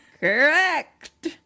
Correct